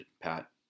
Pat